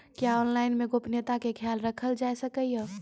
क्या ऑनलाइन मे गोपनियता के खयाल राखल जाय सकै ये?